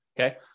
Okay